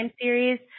series